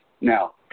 Now